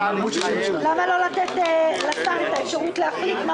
למה לא לתת לשר את האפשרות להחליט מה